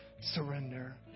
surrender